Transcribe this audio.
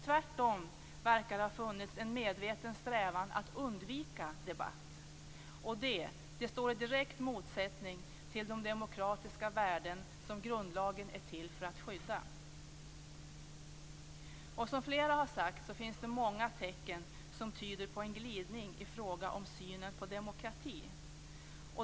Tvärtom verkar det ha funnits en medveten strävan att undvika debatt. Det står i direkt motsättning till de demokratiska värden som grundlagen är till för att skydda. Som flera har sagt finns det många tecken som tyder på en glidning i fråga om synen på demokrati.